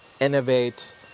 innovate